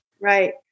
Right